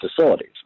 facilities